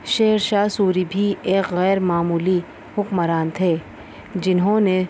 شیر شاہ سوری بھی ایک غیر معمولی حکمران تھے جنہوں نے